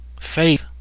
Faith